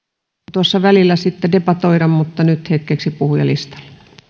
tuossa välillä voidaan sitten debatoida mutta nyt hetkeksi puhujalistalle